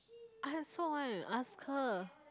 I also want to ask her